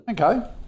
Okay